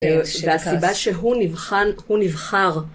והסיבה שהוא נבחר